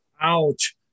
Ouch